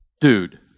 dude